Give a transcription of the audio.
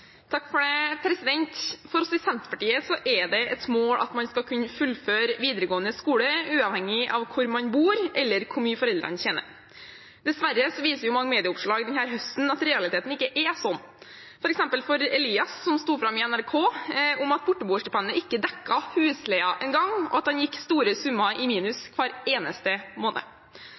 det et mål at man skal kunne fullføre videregående skole uavhengig av hvor man bor eller hvor mye foreldrene tjener. Dessverre viser mange medieoppslag denne høsten at realiteten ikke er sånn – f.eks. for Elias, som stod fram i NRK om at borteboerstipendet ikke dekket husleien engang, og at han gikk store summer i minus hver eneste måned.